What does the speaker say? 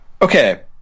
Okay